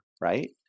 right